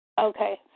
Okay